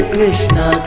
Krishna